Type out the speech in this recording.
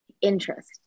interest